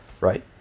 Right